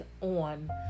on